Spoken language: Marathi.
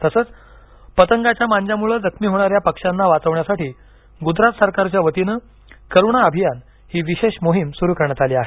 तसंच पतंगाच्या मांजामुळे जखमी होणाऱ्या पक्षांना वाचवण्यासाठी गुजरात सरकारच्या वतीन करुणा अभियान ही विशेष मोहीम सुरू करण्यात आली आहे